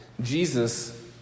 Jesus